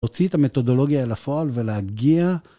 ל‫הוציא את המתודולוגיה אל פועל ‫ולהגיע ...